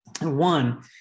One